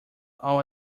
all